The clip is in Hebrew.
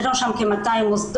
יש לנו שם כ-200 מוסדות,